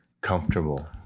comfortable